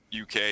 UK